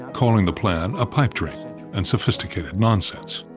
calling the plan a pipe dream and sophisticated nonsense.